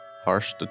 harsh